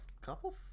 couple